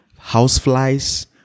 houseflies